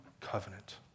covenant